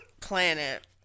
planet